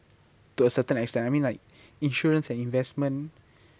to a certain extent I mean like insurance and investment